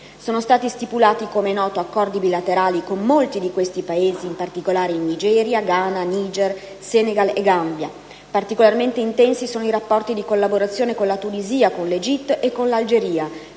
Sono stati stipulati, come è noto, accordi bilaterali con molti di questi Paesi, in particolare Nigeria, Ghana, Niger, Senegal e Gambia. Particolarmente intensi sono i rapporti di collaborazione con la Tunisia, con l'Egitto e con l'Algeria,